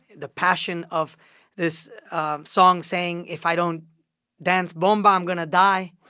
the passion of this song, saying, if i don't dance bomba, i'm going to die.